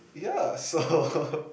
ya so